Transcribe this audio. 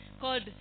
called